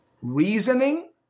reasoning